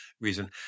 reason